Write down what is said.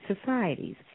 societies